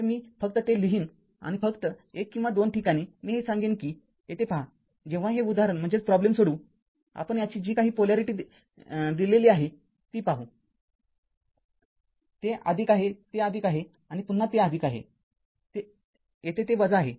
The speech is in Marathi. तर मी फक्त ते लिहीन आणि फक्त १ किंवा २ ठिकाणी मी हे सांगेन की येथे पहा जेव्हा हे उदाहरण सोडवू आपण याची जी काही पोलॅरिटी दिली आहे ती पाहू ते आहे ते आहे आणि पुन्हा ते आहे येथे ते आहे